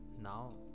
Now